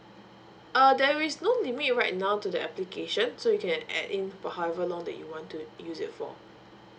err there is no limit right now to the application so you can add in for however long that you want to use it for